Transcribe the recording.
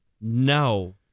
No